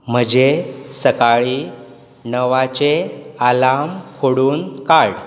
म्हजे सकाळीं णवाचें आलार्म खोडून काड